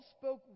spoke